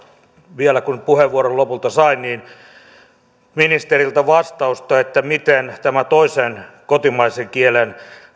vielä kun puheenvuoron lopulta sain ministeriltä vastausta miten tämä toisen kotimaisen kielen